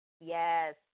yes